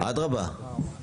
אדרבא.